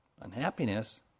unhappiness